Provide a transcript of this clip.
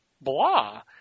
blah